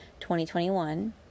2021